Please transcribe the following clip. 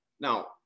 Now